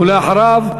ואחריו,